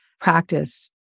practice